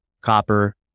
copper